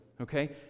okay